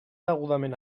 degudament